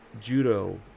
judo